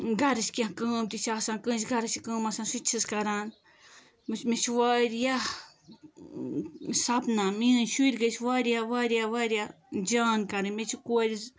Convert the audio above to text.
گَرِچ کیٚنٛہہ کٲم تہِ چھِ آسان کٲنسہِ گَرس چھِ کٲم آسان سُہ تہِ چھس کَران مےٚ چھُ مےٚ چھُ واریاہ سپنا مِیٲنۍ شُرۍ گٔژھۍ واریاہ واریاہ واریاہ جان کَرٕنۍ مےٚ چھِ کورِ